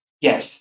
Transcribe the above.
Yes